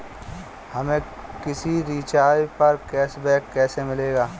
हमें किसी रिचार्ज पर कैशबैक कैसे मिलेगा?